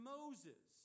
Moses